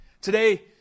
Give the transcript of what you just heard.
Today